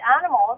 animals